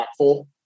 impactful